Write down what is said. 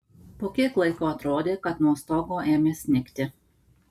po kiek laiko atrodė kad nuo stogo ėmė snigti